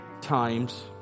times